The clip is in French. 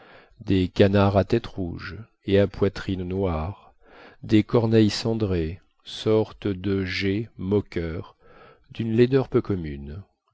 des canards à tête rouge et à poitrine noire des corneilles cendrées sortes de geais moqueurs d'une laideur peu commune